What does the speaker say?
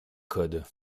code